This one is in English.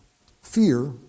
fear